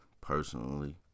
personally